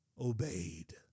obeyed